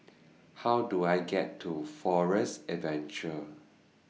How Do I get to Forest Adventure